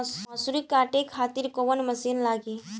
मसूरी काटे खातिर कोवन मसिन लागी?